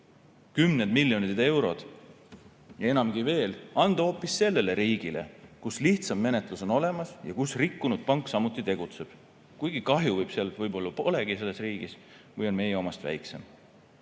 kümned miljonid eurot ja enamgi veel anda hoopis sellele riigile, kus lihtsam menetlus on olemas ja kus rikkunud pank samuti tegutseb, kuigi kahju seal võib-olla polegi või on meie omast väiksem.